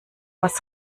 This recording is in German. was